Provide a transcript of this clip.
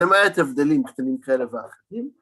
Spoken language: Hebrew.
למעט הבדלים קטנים כאלה ואחרים.